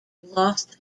lost